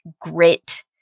grit